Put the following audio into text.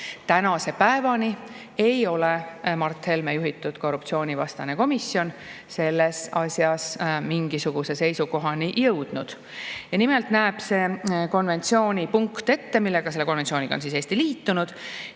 Tänase päevani ei ole Mart Helme juhitud korruptsioonivastane komisjon selles asjas mingisuguse seisukohani jõudnud. Nimelt näeb see konventsioonipunkt ette – selle konventsiooniga on Eesti liitunud